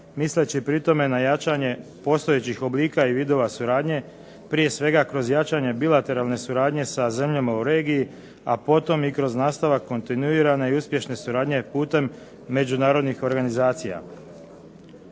misleći pri tome na jačanje postojećih oblika i vidova suradnje, prije svega kroz jačanje bilateralne suradnje sa zemljama u regiji, a potom i kroz nastavak kontinuirane i uspješne suradnje putem međunarodnih organizacija.